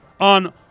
on